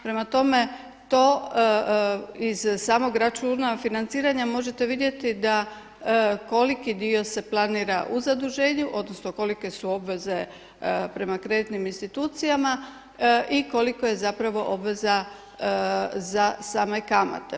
Prema tome, to iz samog računa financiranja možete vidjeti da koliki dio se planira u zaduženju, odnosno kolike su obveze prema kreditnim institucijama i koliko je zapravo obveza za same kamate.